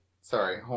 sorry